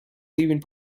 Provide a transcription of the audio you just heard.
leaving